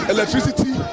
Electricity